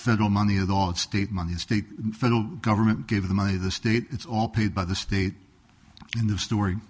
federal money at all and state money is state and federal government give the money the state it's all paid by the state in the story